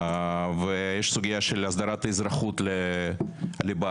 ויש סוגיה של הסדרת אזרחות לבעל.